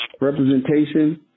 representation